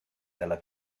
dalla